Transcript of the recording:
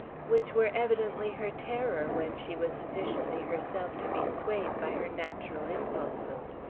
which were evidently her terror when she was sufficiently herself to be swayed by her natural impulses.